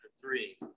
three